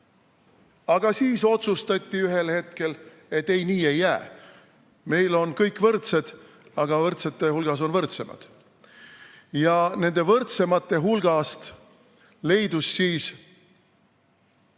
Aga siis otsustati ühel hetkel, et ei, nii ei jää, meil on kõik võrdsed. Aga võrdsete hulgas on võrdsemad. Ja nende võrdsemate hulgas leidus rahvasaadikuid,